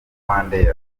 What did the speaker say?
rwandair